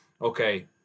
okay